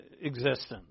existence